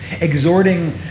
exhorting